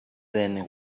than